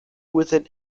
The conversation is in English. within